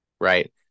right